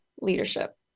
leadership